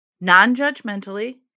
non-judgmentally